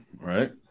right